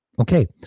Okay